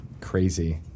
Crazy